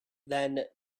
then